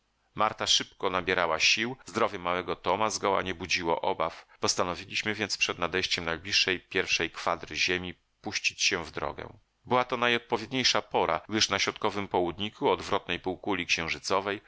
marta szybko nabierała sił zdrowie małego toma zgoła nie budziło obaw postanowiliśmy więc przed nadejściem najbliższej pierwszej kwadry ziemi puścić się w drogę była to najodpowiedniejsza pora gdyż na środkowym południku odwrotnej półkuli